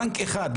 בנק אחד,